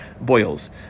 boils